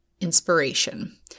inspiration